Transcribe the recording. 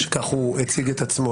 שכך הוא הציג את עצמו,